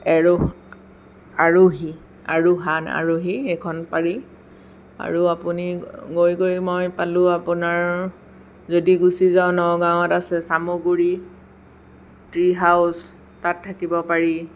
এৰ' আৰোহী আৰোহাণ আৰোহী সেইখন পাৰি আৰু আপুনি গৈ গৈ মই পালোঁ আপোনাৰ যদি গুচি যাওঁ নগাওঁত আছে চামগুড়ি ট্ৰি হাউচ তাত থাকিব পাৰি